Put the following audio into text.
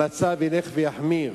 המצב ילך ויחמיר.